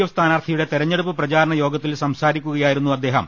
F സ്ഥാനാർത്ഥിയുടെ തെരഞ്ഞെടുപ്പ് പ്രചാരണ യോഗത്തിൽ സംസാരിക്കുകയായിരുന്നു അദ്ദേഹം